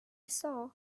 saw